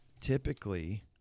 typically